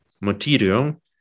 material